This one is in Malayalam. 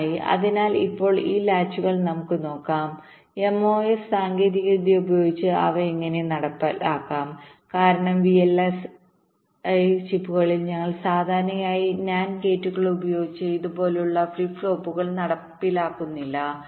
നന്നായി അതിനാൽ ഇപ്പോൾ ഈ ലാച്ചുകൾ നമുക്ക് നോക്കാം MOS സാങ്കേതികവിദ്യ ഉപയോഗിച്ച് അവ എങ്ങനെ നടപ്പാക്കാം കാരണം VLSI ചിപ്പുകളിൽ ഞങ്ങൾ സാധാരണയായി NAND ഗേറ്റുകൾ ഉപയോഗിച്ച് ഇതുപോലുള്ള ഫ്ലിപ്പ് ഫ്ലോപ്പുകൾ നടപ്പിലാക്കുന്നില്ല